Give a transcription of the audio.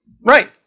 Right